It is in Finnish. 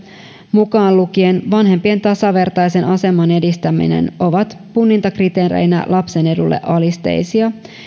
mukaan lukien vanhempien tasavertaisen aseman edistäminen ovat punnintakriteereinä lapsen edulle alisteisia